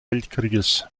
weltkrieges